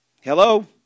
Hello